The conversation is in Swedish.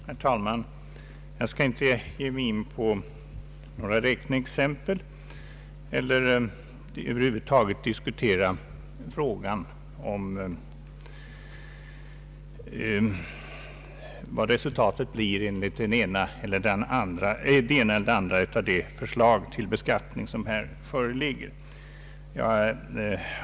Herr talman! Jag skall inte ge mig in på några räkneexempel eller över huvud taget diskutera frågan om vad resultatet blir enligt det ena eller andra av de förslag till beskattning som här föreligger.